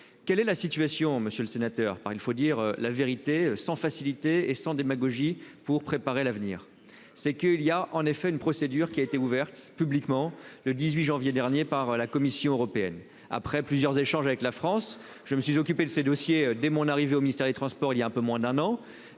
Quelle est la situation, Monsieur le Sénateur par il faut dire la vérité sans facilité et sans démagogie pour préparer l'avenir. C'est que il y a en effet une procédure qui a été ouverte publiquement le 18 janvier dernier par la Commission européenne. Après plusieurs échanges avec la France. Je me suis occupé de ses dossiers. Dès mon arrivée au ministère des transports, il y a un peu moins d'un an,